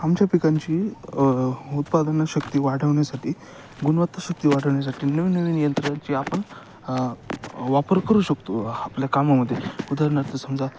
आमच्या पिकांची उत्पादनशक्ती वाढवण्यासाठी गुणवत्ताशक्ती वाढवण्यासाठी नवीन नवीन यंत्रांची आपण वापर करू शकतो आपल्या कामामध्ये उदाहरणार्थ समजा